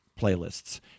playlists